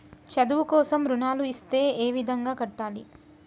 చదువు కోసం రుణాలు ఇస్తే ఏ విధంగా కట్టాలి?